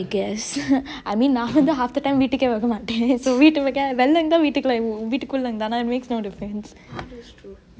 I guess I mean நா வந்து:naa vanthu half the time வீட்டுக்கே வர மாட்டெ:veetuke vare maate so வீட்டு உள்ளுக்கே வெளில இருந்தா வீட்டு~ வீட்டுக்குள்ளே இருந்தா:veetu ulluke velile irunthaa veetu~ veetukulle irunthaa makes no difference